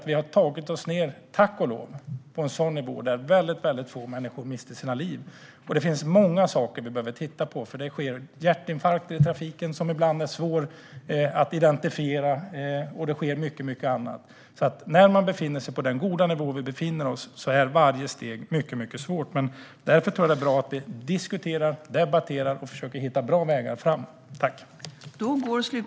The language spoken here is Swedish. Vi har tack också lov nått den nivå där väldigt få människor mister sina liv, men det är många saker som vi behöver titta på. Det sker hjärtinfarkter i trafiken, som ibland är svåra att identifiera, och det sker mycket annat. När vi befinner oss på den här nivån är varje steg mycket svårt. Därför är det bra att vi diskuterar, debatterar och försöker att hitta bra vägar framåt.